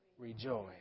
Rejoice